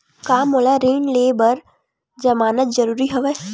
का मोला ऋण ले बर जमानत जरूरी हवय?